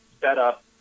setup